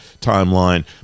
timeline